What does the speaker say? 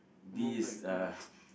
this uh